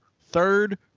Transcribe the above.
third